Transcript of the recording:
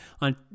on